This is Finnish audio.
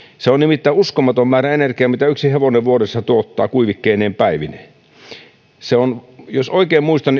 se on nimittäin uskomaton määrä energiaa mitä yksi hevonen vuodessa tuottaa kuivikkeineen päivineen ystävälläni on hevostalli ja jos oikein muistan